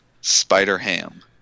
Spider-Ham